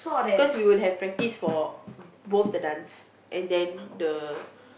cause we will have practice for both the dance and then the